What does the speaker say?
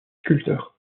sculpteur